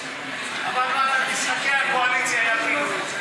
אבל משחקי הקואליציה יפילו את זה,